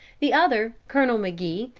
the other, colonel mcgee,